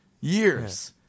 Years